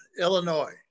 Illinois